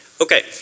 Okay